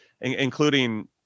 including